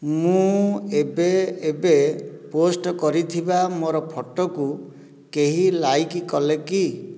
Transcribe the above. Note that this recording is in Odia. ମୁଁ ଏବେ ଏବେ ପୋଷ୍ଟ କରିଥିବା ମୋ'ର ଫଟୋକୁ କେହି ଲାଇକ୍ କଲେ କି